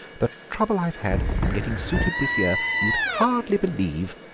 the trouble i've had in getting suited this year you would hardly believe.